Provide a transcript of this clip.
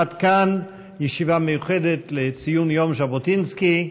עד כאן ישיבה מיוחדת לציון יום ז'בוטינסקי.